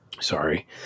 sorry